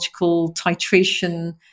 titration